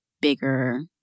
bigger